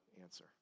answer